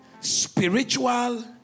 spiritual